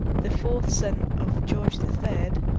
the fourth son of george the third,